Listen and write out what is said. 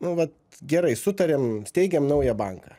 nu vat gerai sutarėm steigiam naują banką